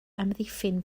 amddiffyn